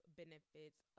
benefits